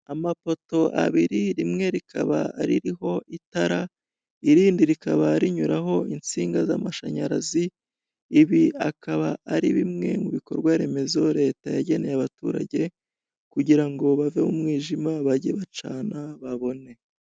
Amapoto abiri; rimwe rikaba ririho itara, irindi rikaba rinyuraho insinga z'amashanyarazi, ibi akaba ari bimwe mu bikorwa remezo leta yageneye abaturage, kugira ngo bave mu mwijima, bajye bacana, babone.